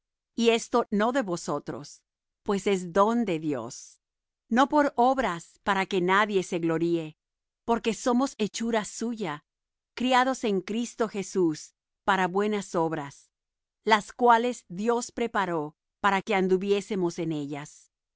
y esto no de vosotros pues es don de dios no por obras para que nadie se gloríe porque somos hechura suya criados en cristo jesús para buenas obras las cuales dios preparó para que anduviésemos en ellas